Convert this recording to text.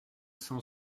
cent